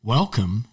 Welcome